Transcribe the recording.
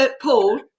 Paul